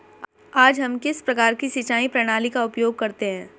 आज हम किस प्रकार की सिंचाई प्रणाली का उपयोग करते हैं?